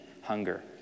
hunger